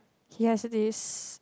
he has this